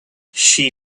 she